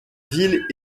ville